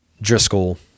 Driscoll